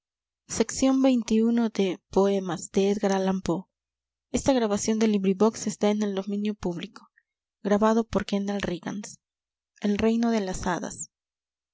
ocios el reino de las hadas